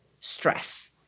stress